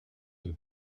deux